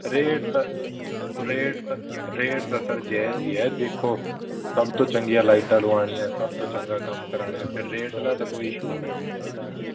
rate ਤਾਂ rate ਤਾਂ rate ਤਾਂ ਸਰ ਜਾਇਜ਼ ਹੀ ਆ ਦੇਖੋ ਸਭ ਤੋਂ ਚੰਗੀਆਂ ਲਾਈਟਾਂ ਲਵਾਉਣੀਆਂ ਸਭ ਤੋਂ ਚੰਗਾ ਕੰਮ ਕਰਾਉਣਾ ਫਿਰ ਰੇਟ ਦਾ ਤਾਂ ਕੋਈ ਇਸ਼ੂ ਹੋਣਾ ਹੀ ਨਹੀਂ ਚਾਹੀਦਾ ਨਾ